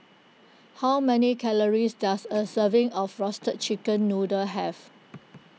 how many calories does a serving of Roasted Chicken Noodle have